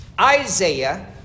Isaiah